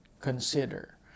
consider